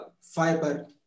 fiber